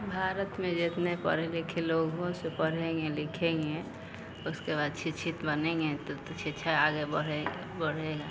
भारत में जितने पढ़े लिखे लोग हो सब पढ़ेंगे लिखेंगे उसके बाद शिक्षित बनेंगे तब तो शिक्षा आगे बढ़े बढ़ेगा